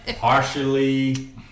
Partially